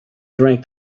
drank